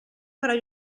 farà